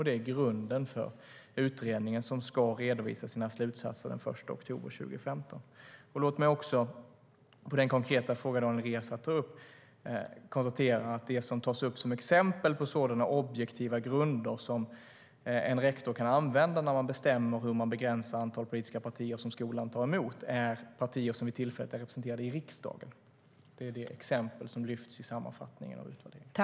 Det är grunden för utredningen, som ska redovisa sina slutsatser den 1 oktober 2015.